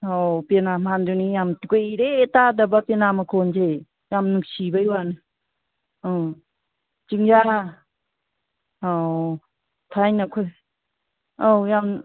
ꯑꯣ ꯄꯦꯅꯥ ꯃꯥꯜꯂꯦ ꯑꯗꯨꯅꯤ ꯌꯥꯝ ꯀꯨꯏꯔꯦ ꯇꯥꯗꯕ ꯄꯦꯅꯥ ꯃꯈꯣꯜꯁꯦ ꯌꯥꯝ ꯅꯨꯡꯁꯤꯕꯩ ꯋꯥꯅꯤ ꯎꯝ ꯆꯤꯡꯌꯥ ꯑꯧ ꯊꯥꯏꯅ ꯑꯩꯈꯣꯏ ꯑꯧ ꯌꯥꯝ